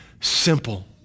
simple